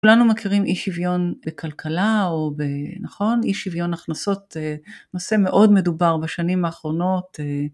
כולנו מכירים אי שוויון בכלכלה או ב... נכון? אי שוויון הכנסות נושא מאוד מדובר בשנים האחרונות.